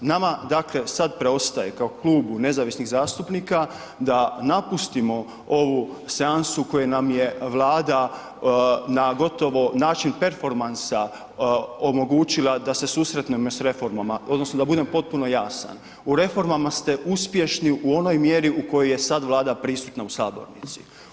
Nama dakle sad preostaje kao Klubu nezavisnih zastupnika da napustimo ovu seansu koju nam je Vlada na gotovo način performansa omogućila da se susretnemo s reformama, odnosno da budem potpuno jasan, u reformama ste uspješni u onoj mjeri u kojoj je sad Vlada prisutna u Sabornici.